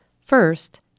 First